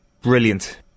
brilliant